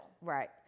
right